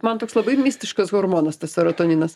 man toks labai mistiškas hormonas tas seratoninas